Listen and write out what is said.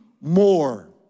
more